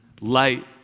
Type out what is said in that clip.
light